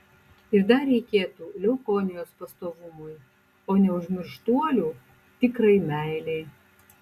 ir dar reikėtų leukonijos pastovumui o neužmirštuolių tikrai meilei